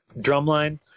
drumline